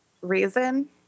reason